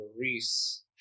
Reese